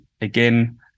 again